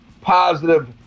positive